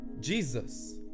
Jesus